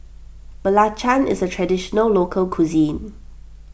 Belacan is a Traditional Local Cuisine